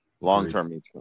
long-term